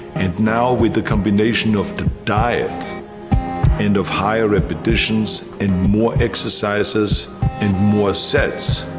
and now with the combination of the diet and of high repetitions and more exercises and more sets,